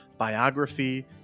biography